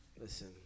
Listen